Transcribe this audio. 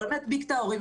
יכולים להדביק את ההורים,